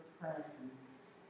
presence